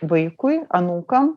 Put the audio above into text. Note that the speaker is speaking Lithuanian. vaikui anūkam